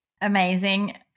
Amazing